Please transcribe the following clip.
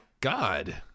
god